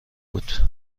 بود